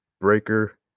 Breaker